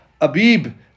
Abib